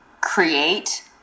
create